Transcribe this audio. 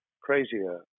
crazier